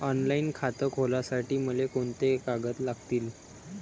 Online खातं खोलासाठी मले कोंते कागद लागतील?